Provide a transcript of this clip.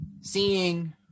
Seeing